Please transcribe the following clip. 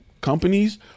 companies